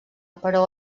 però